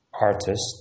artist